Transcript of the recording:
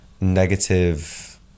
negative